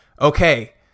okay